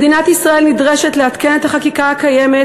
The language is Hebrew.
מדינת ישראל נדרשת לעדכן את החקיקה הקיימת